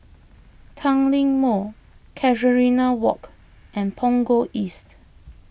Tanglin Mall Casuarina Walk and Punggol East